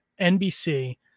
NBC